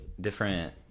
different